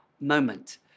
moment